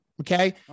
okay